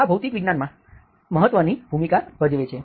આ ભૌતિક વિજ્ઞાન માં મહત્વની ભૂમિકા ભજવે છે